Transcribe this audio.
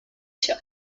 sur